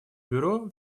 бюро